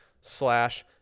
slash